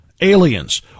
aliens